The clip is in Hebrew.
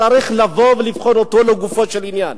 צריך לבחון אותו לגופו של עניין.